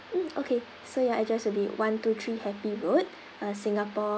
mm okay so your address will be one to three happy road uh singapore